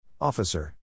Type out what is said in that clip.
Officer